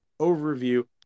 overview